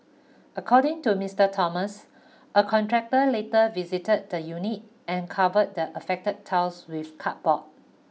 according to Mister Thomas a contractor later visited the unit and covered the affected tiles with cardboard